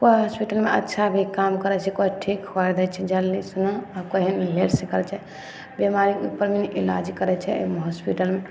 कोइ हॉस्पिटलमे अच्छा भी काम करै छै कोइ ठीक कऽ दै छै जल्दी सना आ कोइमे लेट से करै छै बीमारीके ईलाज करै छै ओहिमे हॉस्पिटलमे